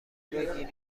بگیریم